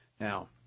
Now